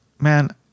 Man